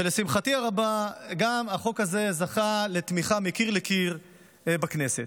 ולשמחתי הרבה גם החוק הזה זכה לתמיכה מקיר לקיר בכנסת.